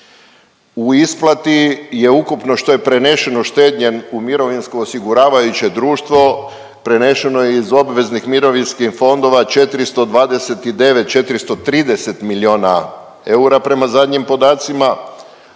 U isplati je ukupno, što je prenešeno štednje u mirovinsko osiguravajuće društvo, prenešeno je iz obveznih mirovinskih fondova, 429, 430 milijuna eura prema zadnjim podacima,